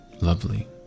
lovely